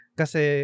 kasi